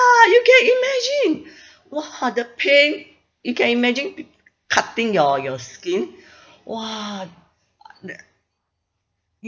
you can imagine !wah! the pain you can imaging cutting your your skin !wah! uh the